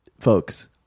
folks